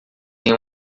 têm